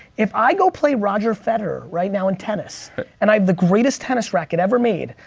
if i go play roger federer right now in tennis and i have the greatest tennis racket ever made.